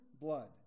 blood